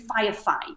firefight